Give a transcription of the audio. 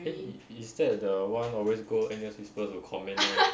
eh is that the one always go N_U_S whispers to comment [one]